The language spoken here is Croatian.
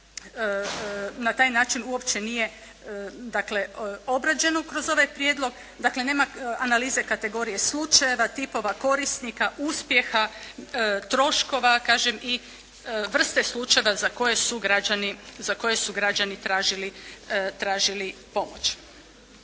na taj način uopće nije dakle obrađeno kroz ovaj Prijedlog, dakle nema analize kategorije slučajeva, tipova korisnika, uspjeha, troškova, kažem i vrste slučajeva za koje su građani tražili pomoć.